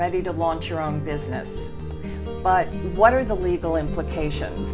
ready to launch your own business but what are the legal implications